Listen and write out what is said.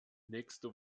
nächste